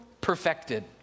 perfected